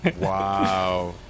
Wow